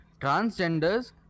transgenders